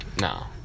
No